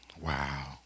Wow